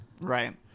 right